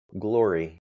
glory